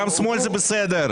גם שמאל זה בסדר.